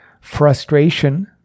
frustration